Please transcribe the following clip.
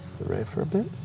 the rave for a bit.